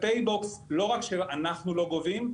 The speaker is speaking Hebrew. ב"פייבוקס" לא רק שאנחנו לא גובים,